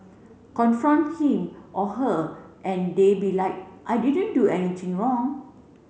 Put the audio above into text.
confront him or her and they be like I didn't do anything wrong